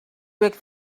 break